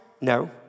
No